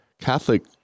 Catholic